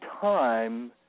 time